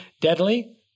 deadly